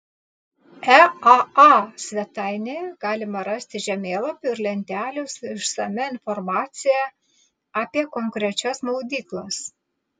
eaa svetainėje galima rasti žemėlapių ir lentelių su išsamia informacija apie konkrečias maudyklas